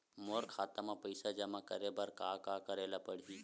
मोर खाता म पईसा जमा करे बर का का करे ल पड़हि?